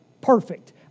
Perfect